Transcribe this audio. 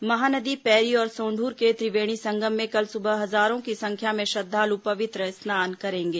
महानदी पैरी और सोंदूर के त्रिवेणी संगम में कल सुबह हजारों की संख्या में श्रद्वालु पवित्र स्नान करेंगे